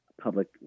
public